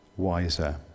wiser